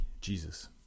Jesus